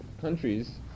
countries